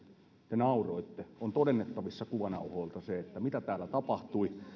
te nauroitte on todennettavissa kuvanauhoilta se mitä täällä tapahtui